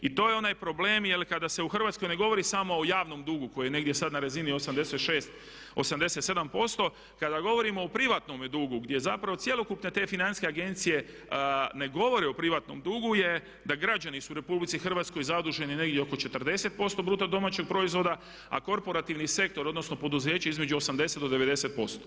I to je onaj problem jer kada se u Hrvatskoj ne govori samo o javnom dugu koji je negdje sad na razini 86%, 87%, kada govorimo o privatnome dugu gdje zapravo cjelokupne te financijske agencije ne govore o privatnom dugu je da građani su u RH zaduženi negdje oko 40% BDP-a, a korporativni sektor odnosno poduzeće između 80% do 90%